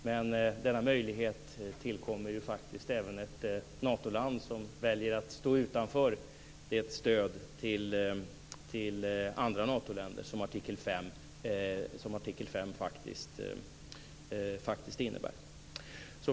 Men denna möjlighet tillkommer faktiskt även ett Natoland som väljer att stå utanför det stöd till andra Natoländer som artikel 5 faktiskt innebär.